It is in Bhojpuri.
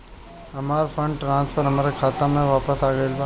हमर फंड ट्रांसफर हमर खाता में वापस आ गईल बा